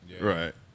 Right